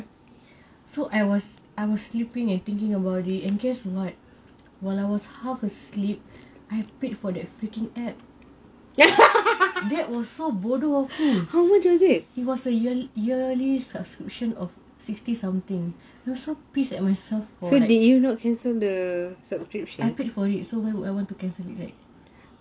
so I was I was sleeping and thinking about it and guess what when I was half asleep I paid for that freaking app that was so bodoh of me it was a yearly subscription of sixty something I'm so pissed at myself for like the I paid for it so why would I want to cancel it correct